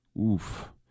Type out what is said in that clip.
Oof